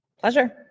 Pleasure